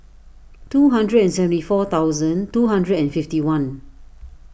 two hundred and seventy four thousand two hundred and fifty one